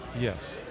yes